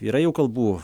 yra jau kalbų